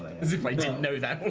as if i didn't know that